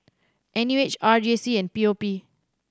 N U H R J C and P O P